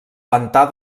pantà